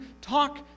talk